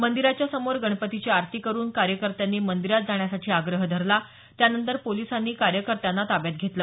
मंदिराच्या समोर गणपतीची आरती करून कार्यकर्त्यांनी मंदिरात जाण्यासाठी आग्रह धरला त्यानंतर पोलिसांनी कार्यकर्त्यांना ताब्यात घेतलं